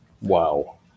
Wow